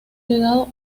ligado